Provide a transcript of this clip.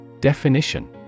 Definition